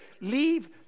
Leave